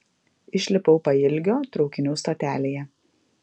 išlipau pailgio traukinių stotelėje